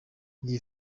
iyi